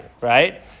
right